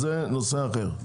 זה נושא אחר.